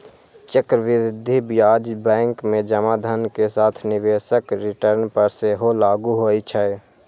चक्रवृद्धि ब्याज बैंक मे जमा धन के साथ निवेशक रिटर्न पर सेहो लागू होइ छै